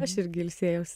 aš irgi ilsėjaus